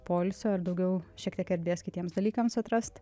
poilsio ir daugiau šiek tiek erdvės kitiems dalykams atrast